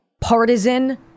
partisan